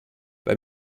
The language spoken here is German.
bei